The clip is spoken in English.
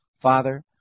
Father